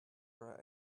are